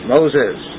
Moses